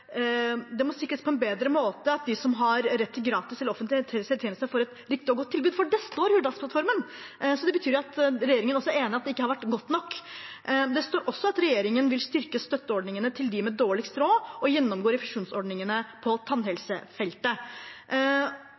det må sikres på en bedre måte at de som har rett til gratis offentlig tannhelsetjeneste får et riktig og godt tilbud – for det står i Hurdalsplattformen, så det betyr jo at regjeringen også er enig i at det ikke har vært godt nok. Det står også at regjeringen vil styrke støtteordningene til dem med dårligst råd og gjennomgå refusjonsordningene på tannhelsefeltet.